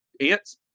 Ant's